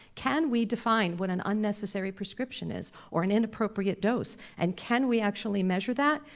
can we define what an unnecessary prescription is, or an inappropriate dose, and can we actually measure that,